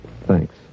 Thanks